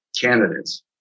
candidates